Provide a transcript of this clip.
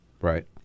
Right